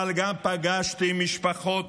אבל גם פגשתי משפחות,